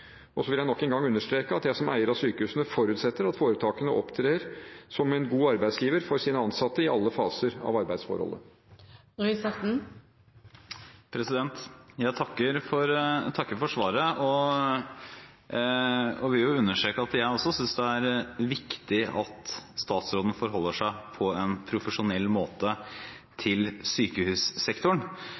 Så vil jeg nok en gang understreke at jeg, som eier av sykehusene, forutsetter at foretakene opptrer som en god arbeidsgiver for sine ansatte i alle faser av arbeidsforholdet. Jeg takker for svaret. Jeg vil understreke at jeg også synes det er viktig at statsråden forholder seg til sykehussektoren på en profesjonell måte.